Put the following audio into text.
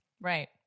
Right